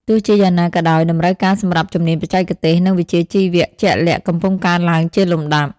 ទោះជាយ៉ាងណាក៏ដោយ តម្រូវការសម្រាប់ជំនាញបច្ចេកទេស និងវិជ្ជាជីវៈជាក់លាក់កំពុងកើនឡើងជាលំដាប់។